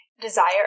desire